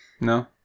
No